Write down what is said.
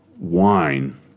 wine